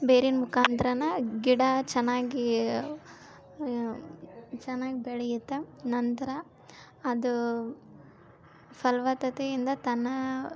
ಬೇರಿನ ಮುಖಾಂತರನಾ ಗಿಡ ಚೆನ್ನಾಗಿ ಚೆನ್ನಾಗಿ ಬೆಳಿಯುತ್ತ ನಂತರ ಅದು ಫಲವತ್ತತೆಯಿಂದ ತನ್ನ